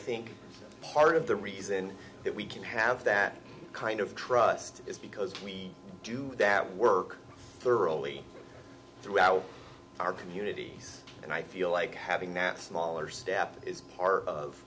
think part of the reason that we can have that kind of trust is because we do that work thoroughly throughout our communities and i feel like having that smaller staff is part of